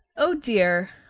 oh dear!